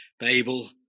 Babel